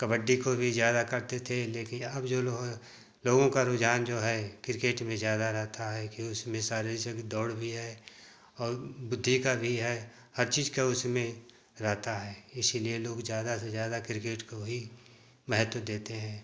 कबड्डी को भी ज़्यादा करते थे लेकिन अब जो लोगों का रुझान जो है किर्केट में ज़्यादा रहता है कि उसमें सारे जग दौड़ भी है और बुद्धि का भी है हर चीज़ का उसमें रहता है इसलिए लोग ज़्यादा से ज़्यादा किर्केट को ही महत्व देते हैं